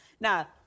Now